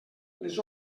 les